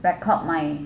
record my